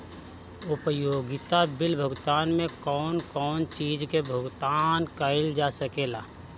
उपयोगिता बिल भुगतान में कौन कौन चीज के भुगतान कइल जा सके ला?